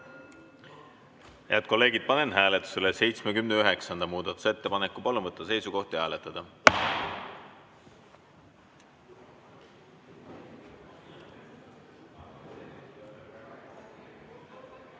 Head kolleegid, panen hääletusele 79. muudatusettepaneku. Palun võtta seisukoht ja hääletada!